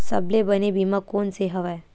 सबले बने बीमा कोन से हवय?